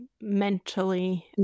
mentally